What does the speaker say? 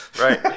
Right